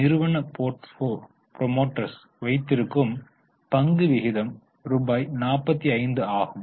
நிறுவன ப்ரோமோட்டர்ஸ் வைத்திருக்கும் பங்கு விகிதம் ரூபாய் 45 ஆகும்